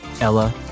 ella